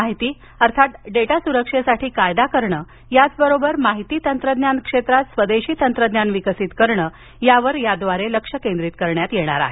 माहिती अर्थात डेटा सुरक्षेसाठी कायदा करणं याचबरोबर माहिती तंत्रज्ञान क्षेत्रात स्वदेशी तंत्रज्ञान विकसित करणं यावर लक्ष केंद्रित करण्यात येणार आहे